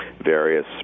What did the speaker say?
various